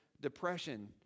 depression